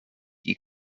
you